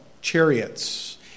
chariots